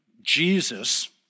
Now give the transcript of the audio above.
Jesus